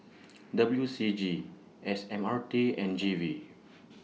W C G S M R T and G V